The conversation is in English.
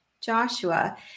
Joshua